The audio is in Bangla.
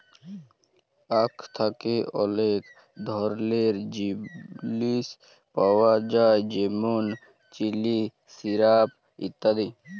আখ থ্যাকে অলেক ধরলের জিলিস পাওয়া যায় যেমল চিলি, সিরাপ ইত্যাদি